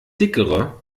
dickere